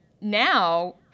now